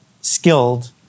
skilled